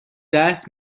درس